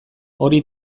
hori